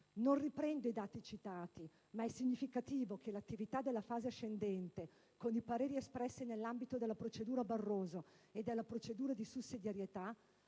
Non riprendo i dati citati, ma è significativo che l'attività della fase ascendente, con i pareri espressi nell'ambito della procedura Barroso e della procedura di sussidiarietà,